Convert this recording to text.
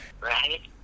Right